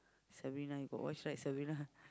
Sabrina you got watch right Sabrina